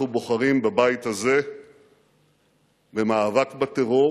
אנחנו בוחרים בבית הזה במאבק בטרור